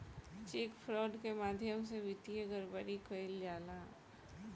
check fraud के माध्यम से वित्तीय गड़बड़ी कईल जाला